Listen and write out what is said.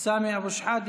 סמי אבו שחאדה,